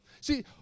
See